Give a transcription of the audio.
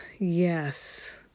Yes